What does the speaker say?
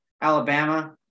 Alabama